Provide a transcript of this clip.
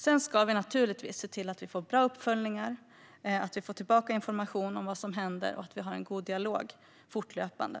Sedan ska vi naturligtvis se till att det blir bra uppföljningar, att vi får tillbaka information om vad som händer och att vi fortlöpande har en god dialog